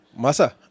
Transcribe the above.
masa